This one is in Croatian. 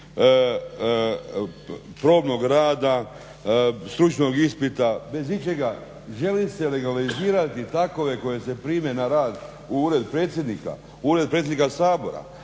probnog rada, stručnog ispita, bez ičega. Želi se legalizirati takove koje se prime na rad u ured predsjednika, ured predsjednika Sabora,